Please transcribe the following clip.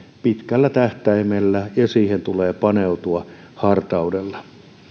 pitkällä tähtäimellä ja tähän pitää paneutua hartaudella